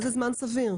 מה זה זמן סביר?